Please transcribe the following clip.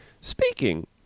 Speaking